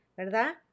¿verdad